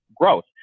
growth